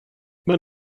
men